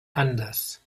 anders